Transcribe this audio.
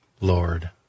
Lord